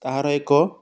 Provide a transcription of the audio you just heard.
ତାହାର ଏକ